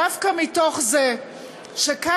דווקא מתוך זה שכאן,